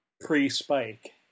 pre-Spike